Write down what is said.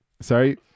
Sorry